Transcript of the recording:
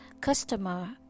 customer